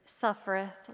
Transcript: suffereth